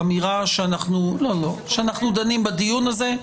האמירה שאנחנו דנים בדיון הזה,